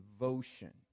devotion